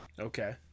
okay